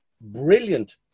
brilliant